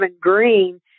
green